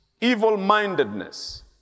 evil-mindedness